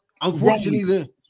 Unfortunately